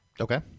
Okay